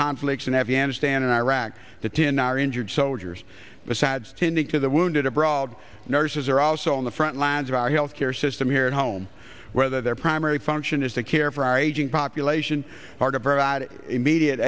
conflicts in afghanistan and iraq that in our injured soldiers besides tending to the wounded abroad nurses are also on the front lines of our health care system here at home whether their primary function is to care for our aging population